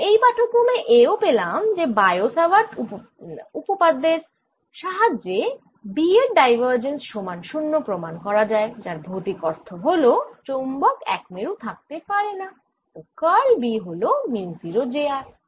আমরা এই পাঠক্রমে এও পেলাম যে বায় স্যাভার্ট সুত্রের সাহায্যে B এর ডাইভার্জেন্স সমান 0 প্রমাণ করা যায় যার ভৌতিক অর্থ হল চৌম্বক একমেরু থাকতে পারেনা ও কার্ল B হল মিউ 0 j r